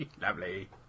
Lovely